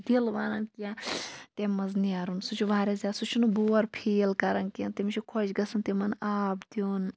دِل وَنان کیٚنٛہہ تَمہِ مَنٛز نیرُن سُہ چھُ واریاہ زیادٕ سُہ چھُنہٕ بور فیٖل کَران کیٚنٛہہ تٔمِس چھُ خۄش گَژھان تِمَن آب دیُن